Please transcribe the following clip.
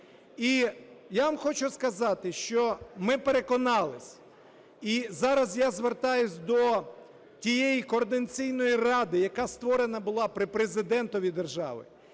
І я вам хочу сказати, що ми переконалися, і зараз я звертаюся до тієї Координаційної ради, яка створена була при Президентові держави